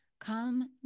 Come